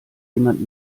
jemand